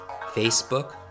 Facebook